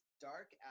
dark